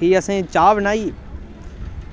भी असें चाह् बनाई